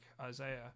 Isaiah